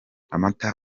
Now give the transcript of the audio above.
amata